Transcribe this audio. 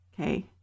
Okay